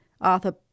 Arthur